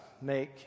make